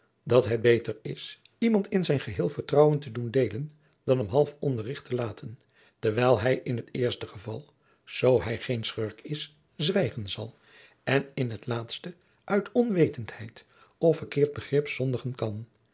dat het beter is iemand in zijn geheel vertrouwen te doen deelen dan hem half onderricht te laten wijl hij in t eerste geval zoo hij geen schurk is zwijgen zal en in het laatste uit onwetenheid of verkeerd begrip zondigen kan